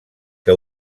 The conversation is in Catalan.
que